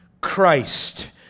Christ